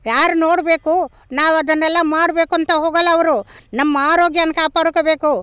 ಯಾರು ನೋಡಬೇಕು ನಾವದನ್ನೆಲ್ಲ ಮಾಡಬೇಕು ಅಂತ ಹೋಗೋಲ್ಲ ಅವರು ನಮ್ಮ ಆರೋಗ್ಯನ್ನು ಕಾಪಾಡಿಕೊಬೇಕು